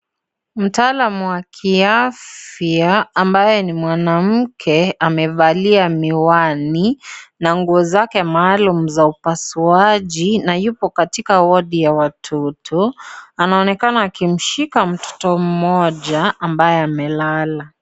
Mtaalamu wa kiafya ambaye ni mwanamke amevalia miwani na nguo zake maalum za upasuaji na yupo katika wodi ya watoto. Anaonekana akishika mtoto mmoja ambaye amelala.